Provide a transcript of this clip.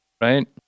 right